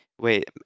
Wait